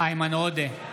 איימן עודה,